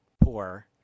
poor